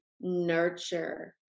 nurture